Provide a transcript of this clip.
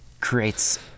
creates